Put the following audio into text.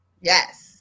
yes